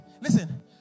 Listen